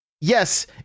yes